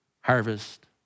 harvest